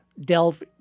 delve